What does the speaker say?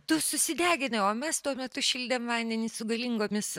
tu susideginai o mes tuo metu šildėme vandenį su galingomis